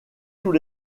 tous